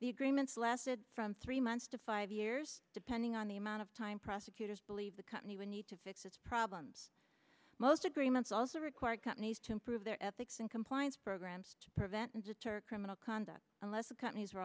the agreements lasted from three months to five years depending on the amount of time prosecutors believe the company would need to fix its problems most agreements also require companies to improve their ethics and compliance programs to prevent and deter criminal conduct unless the companies are